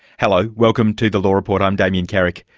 hello, welcome to the law report. i'm damien carrick.